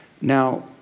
Now